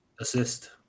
assist